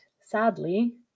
sadly